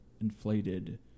inflated